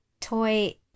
toy